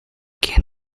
gain